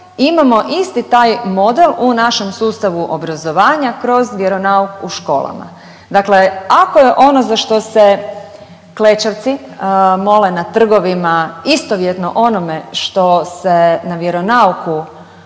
imamo isti taj model u našem sustavu obrazovanja kroz vjeronauk u školama. Dakle ako je ono za što se klečavci mole na trgovima istovjetno onome što se na vjeronauku